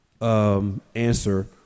answer